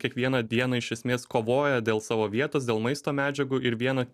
kiekvieną dieną iš esmės kovoja dėl savo vietos dėl maisto medžiagų ir viena